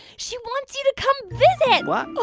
she wants you to come visit. oh,